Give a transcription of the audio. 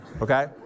okay